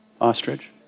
Ostrich